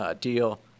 deal